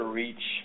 reach